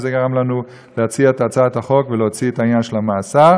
וזה גרם לנו להציע את הצעת החוק ולהוציא את העניין של המאסר.